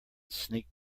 sneaked